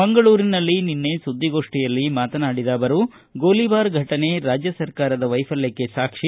ಮಂಗಳೂರಿನಲ್ಲಿ ನಿನ್ನೆ ಸುದ್ದಿಗೋಷ್ಸಿಯಲ್ಲಿ ಮಾತನಾಡಿದ ಅವರು ಗೋಲಿಬಾರ್ ಘಟನೆ ರಾಜ್ಯ ಸರಕಾರದ ವೈಫಲ್ಕಕ್ಕೆ ಸಾಕ್ಷಿ